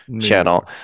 channel